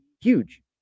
huge